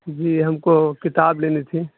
جی ہم کو کتاب لینی تھی